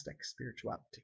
spirituality